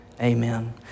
Amen